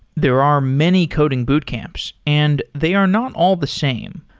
there are many coding boot camps and they are not all the same.